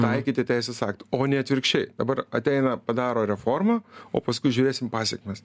taikyti teisės aktą o ne atvirkščiai dabar ateina padaro reformą o paskui žiūrėsim pasekmes